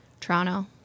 Toronto